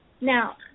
now